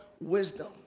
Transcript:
wisdom